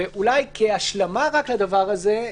כהשלמה לדבר הזה,